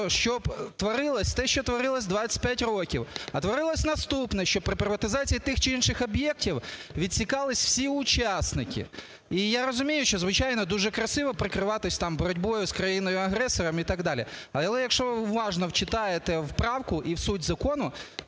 щоби творилося те, що творилося 25 років. А творилося наступне, що при приватизації тих чи інших об'єктів відсікалися всі учасники. І я розумію, що звичайно, дуже красиво прикриватися боротьбою з країною-агресором і так далі, але якщо ви уважно вчитаєтесь в правку і в суть закону,